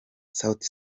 sauti